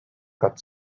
quatre